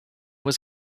was